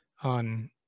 on